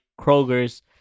Kroger's